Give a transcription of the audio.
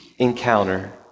encounter